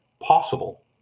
possible